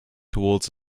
towards